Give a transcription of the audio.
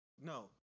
No